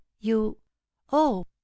you—oh